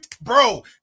Bro